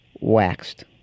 waxed